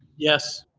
yes.